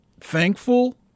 thankful